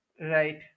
Right